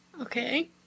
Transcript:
Okay